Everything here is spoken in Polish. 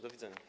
Do widzenia.